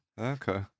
Okay